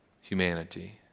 humanity